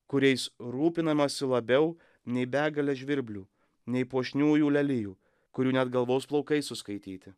kuriais rūpinamasi labiau nei begale žvirblių nei puošniųjų lelijų kurių net galvos plaukai suskaityti